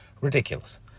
ridiculous